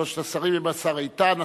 שלושת השרים הם השר איתן,